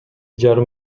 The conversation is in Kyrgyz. жарым